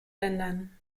ländern